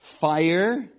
fire